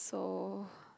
so